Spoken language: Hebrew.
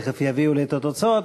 תכף יביאו לי את התוצאות,